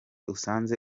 usanze